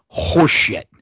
horseshit